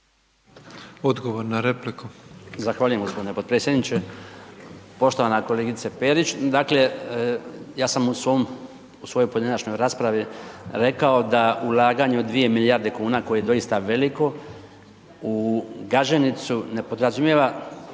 Odgovor na repliku